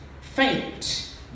faint